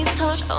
talk